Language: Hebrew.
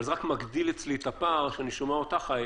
אבל זה רק מגדיל אצלי את הפער כשאני שומע אותך,